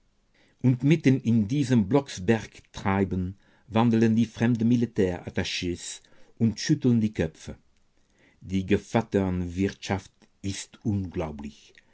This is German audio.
und mitten in diesem blocksbergtreiben wandeln die fremden militärattachs und schütteln die köpfe die gevatternwirtschaft ist unglaublich